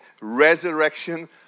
resurrection